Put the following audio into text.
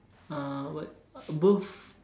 uh what both